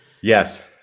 Yes